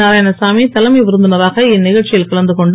நாராயணசாமி தலைமை விருந்தினராக இந்நிகழ்ச்சியில் கலந்துகொண்டு